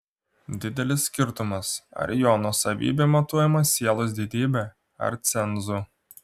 didelis skirtumas ar jo nuosavybė matuojama sielos didybe ar cenzu